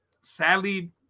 sadly